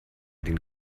den